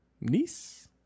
niece